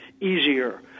easier